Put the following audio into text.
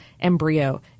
embryo